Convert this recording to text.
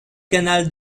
canal